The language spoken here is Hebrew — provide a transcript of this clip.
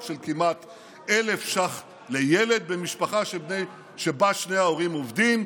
של כמעט 1,000 שקל לילד במשפחה שבה שני ההורים עובדים,